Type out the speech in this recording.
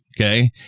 Okay